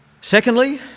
Secondly